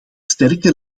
sterke